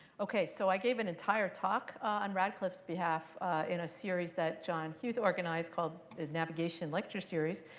ok. so i gave an entire talk on radcliffe's behalf in a series that john hughes organized called navigation lecture series.